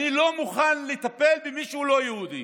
אני לא מוכן לטפל במי שהוא לא יהודי,